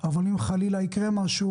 למשרד הבריאות אבל אם חלילה יקרה משהו,